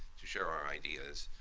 to share our ideas,